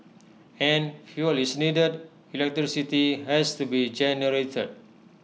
and fuel is needed electricity has to be generated